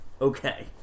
Okay